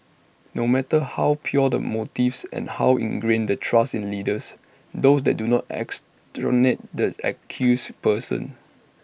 no matter how pure the motives and how ingrained the trust in leaders those do not exonerate the accused persons